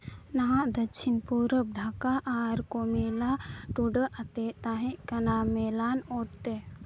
ᱱᱟᱦᱟᱜ ᱫᱚᱠᱠᱷᱤᱱ ᱯᱩᱨᱚᱵ ᱰᱷᱟᱠᱟ ᱟᱨ ᱠᱩᱢᱤᱞᱞᱟ ᱴᱚᱴᱷ ᱟᱛᱮᱫ ᱛᱟᱦᱮᱸ ᱠᱟᱱᱟ ᱢᱮᱞᱟᱱ ᱚᱛᱮᱛ